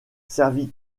servit